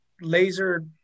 laser